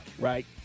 right